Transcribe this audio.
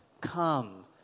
Come